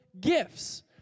gifts